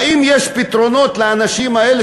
האם יש פתרונות לאנשים האלה,